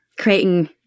creating